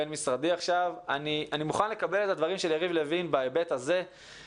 אני מוכן לקבל את הדברים של יריב לוין בהיבט הזה שזאת הזדמנות עבורנו.